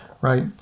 right